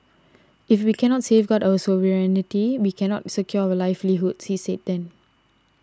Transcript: if we cannot safeguard our sovereignty we cannot secure our livelihoods he said then